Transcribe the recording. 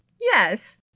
Yes